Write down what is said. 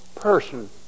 person